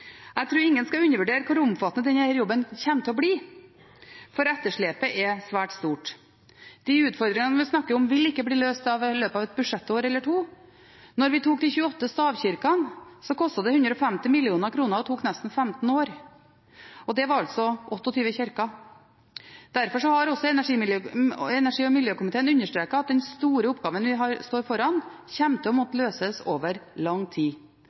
Jeg tror ingen skal undervurdere hvor omfattende denne jobben kommer til å bli, for etterslepet er svært stort. De utfordringene vi snakker om, vil ikke bli løst i løpet av et budsjettår eller to. Da vi tok de 28 stavkirkene, kostet det 150 mill. kr og tok nesten 15 år. Det var 28 kirker. Derfor har energi- og miljøkomiteen understreket at den store oppgaven vi nå står foran, kommer til å måtte løses over lang tid.